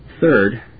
Third